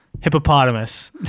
hippopotamus